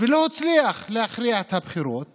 ולא הצליח להכריע את הבחירות